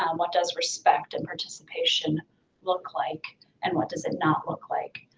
um what does respect and participation look like and what does it not look like?